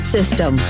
System